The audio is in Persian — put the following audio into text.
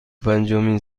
پنجمین